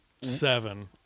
seven